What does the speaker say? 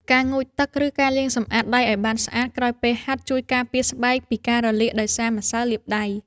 ការងូតទឹក ឬការលាងសម្អាតដៃឱ្យបានស្អាតក្រោយពេលហាត់ ជួយការពារស្បែកពីការរលាកដោយសារម្សៅលាបដៃ។